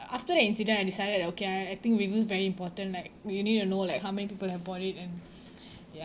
after the incident I decided that okay I I think review is very important like you need to know like how many people have bought it and ya